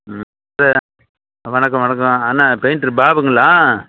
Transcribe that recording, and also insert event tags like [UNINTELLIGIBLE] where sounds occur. ம் [UNINTELLIGIBLE] வணக்கம் வணக்கம் அண்ணன் பெயிண்ட்ரு பாபுங்களா